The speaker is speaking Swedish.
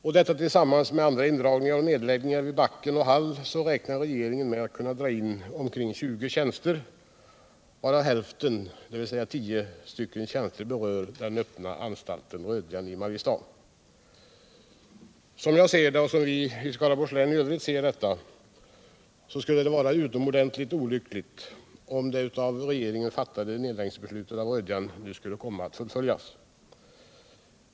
Medräknat andra indragningar och nedläggningar i Backen och Hall planerar man att kunna dra in 20 tjänster, varav hälften, dvs. tio, berör Rödjan i Mariestad. Som jag och andra i Skaraborgs län ser det skulle det vara utomordentligt olyckligt, om det av regeringen fattade nedläggningsbeslutet fullföljdes.